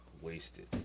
Wasted